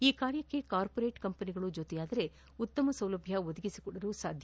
ಈ ಕಾರ್ಯಕ್ಕೆ ಕಾರ್ಪೋರೇಟ್ ಕಂಪನಿಗಳು ಜೊತೆಯಾದರೆ ಉತ್ತಮ ಸೌಲಭ್ಯ ಒದಗಿಸಿಕೊಡಲು ಸಾಧ್ಯ